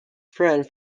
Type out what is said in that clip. friend